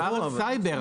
מדובר על סייבר.